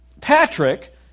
Patrick